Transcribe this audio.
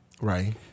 Right